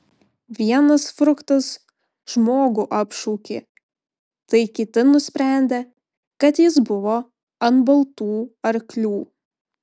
vienas fruktas žmogų apšaukė tai kiti nusprendė kad jis buvo ant baltų arklių